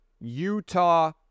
Utah